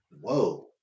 Whoa